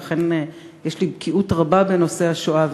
ולכן יש לי בקיאות רבה בנושא השואה,